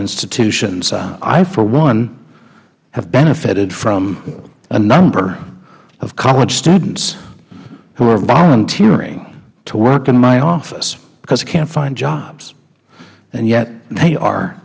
institutions i for one have benefitted from a number of college students who are volunteering to work in my office because they can't find jobs and yet they are